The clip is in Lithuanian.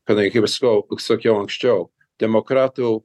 kadangi kaip ir sakau sakiau anksčiau demokratų